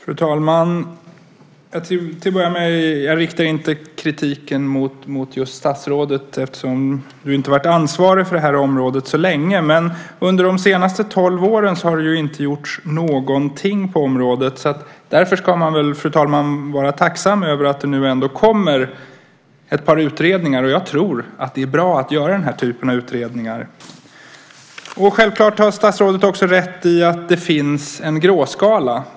Fru talman! Till att börja med riktar jag inte kritik mot just statsrådet, eftersom du inte varit ansvarig för det här området så länge. Under de senaste tolv åren har det inte gjorts någonting på området. Därför ska man väl, fru talman, vara tacksam över att det nu ändå kommer ett par utredningar. Jag tror att det är bra att göra den typen av utredningar. Självklart har statsrådet också rätt i att det finns en gråskala.